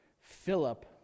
Philip